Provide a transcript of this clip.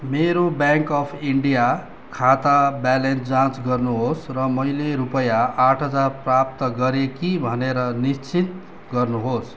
मेरो bank of India खाता balance जाँच गर्नुहोस् र मैले रुपैयाँ आठ हजार प्राप्त गरेँ कि भनेर निश्चित गर्नुहोस्